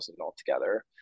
altogether